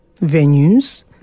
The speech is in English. venues